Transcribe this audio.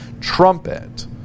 trumpet